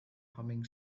humming